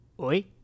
Oi